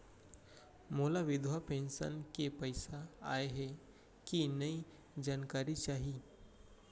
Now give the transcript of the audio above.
मोला विधवा पेंशन के पइसा आय हे कि नई जानकारी चाही?